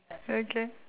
okay